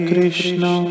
Krishna